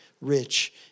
rich